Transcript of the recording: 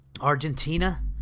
Argentina